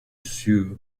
sue